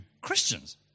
Christians